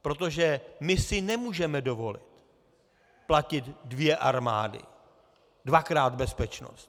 Protože my si nemůžeme dovolit platit dvě armády, dvakrát bezpečnost.